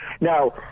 Now